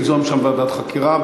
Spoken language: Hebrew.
ליזום שם ועדת חקירה.